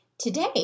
Today